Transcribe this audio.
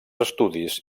estudis